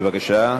בבקשה,